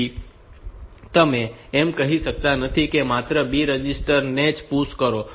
તેથી તમે એમ કહી શકતા નથી કે માત્ર B રજિસ્ટર્ડ ને જ PUSH કરો